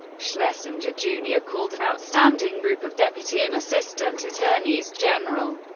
schlesinger jr. called an outstanding group of deputy and assistant attorneys general,